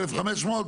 1,500?